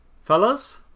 Fellas